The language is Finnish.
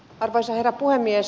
arvoisa herra puhemies